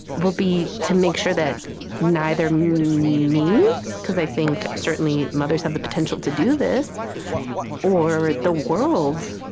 will be to make sure that neither me me because i think, certainly, mothers have the potential to do this or the world,